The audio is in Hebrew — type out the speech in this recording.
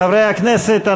חברי הכנסת,